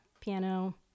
piano